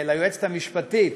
ליועצת המשפטית